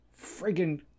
friggin